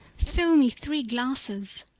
fill me three glasses.